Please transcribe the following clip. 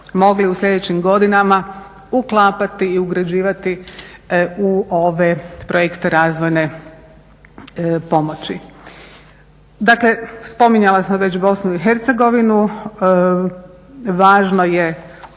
mogli u sljedećim godinama uklapati i ugrađivati u ove projekte razvojne pomoći. Dakle spominjala sam već BiH, važno je